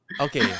okay